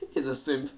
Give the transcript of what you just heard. he's a simp